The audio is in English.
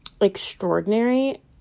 extraordinary